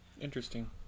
Interesting